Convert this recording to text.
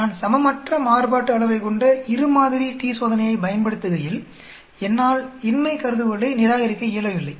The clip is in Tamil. நான் சமமற்ற மாறுபாட்டு அளவை கொண்ட இரு மாதிரி t சோதனையைப் பயன்படுத்துகையில் என்னால் இன்மை கருதுகோளை நிராகரிக்க இயலவில்லை